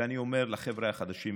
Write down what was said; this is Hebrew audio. ואני אומר לחבר'ה החדשים,